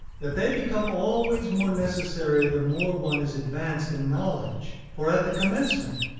that they become always more necessary the more one is advanced in knowledge for, at the commencement,